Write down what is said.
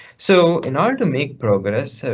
so in order to make progress, so